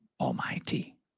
Almighty